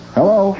Hello